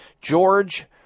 George